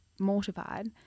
mortified